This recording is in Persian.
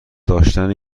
داشتن